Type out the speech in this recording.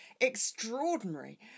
extraordinary